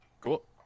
Cool